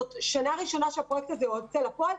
זאת שנה ראשונה שהפרויקט הזה יוצא לפועל,